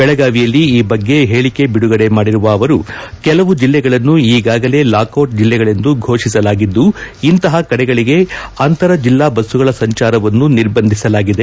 ಬೆಳಗಾವಿಯಲ್ಲಿ ಈ ಬಗ್ಗೆ ಹೇಳಿಕೆ ಬಿಡುಗಡೆ ಮಾಡಿರುವ ಅವರು ಕೆಲವು ಜಿಲ್ಲೆಗಳನ್ನು ಈಗಾಗಲೇ ಲಾಕ್ಔಟ್ ಜಿಲ್ಲೆಗಳೆಂದು ಘೋಷಿಸಲಾಗಿದ್ದು ಇಂತಹ ಕಡೆಗಳಿಗೆ ಅಂತರ್ ಜಿಲ್ಲಾ ಬಸ್ಸುಗಳ ಸಂಚಾರವನ್ನು ನಿರ್ಬಂಧಿಸಲಾಗಿದೆ